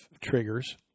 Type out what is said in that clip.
triggers